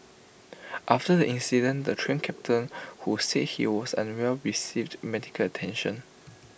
after the incident the Train Captain who said he was unwell received medical attention